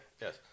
Yes